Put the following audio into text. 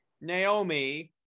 Naomi